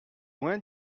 loin